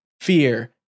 fear